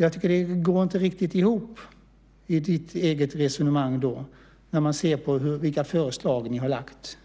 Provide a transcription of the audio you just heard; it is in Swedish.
Jag tycker inte att ditt resonemang riktigt går ihop när man ser på vilka förslag ni har lagt